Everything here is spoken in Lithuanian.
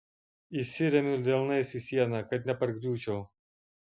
įsiremiu delnais į sieną kad nepargriūčiau